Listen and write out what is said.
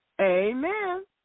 Amen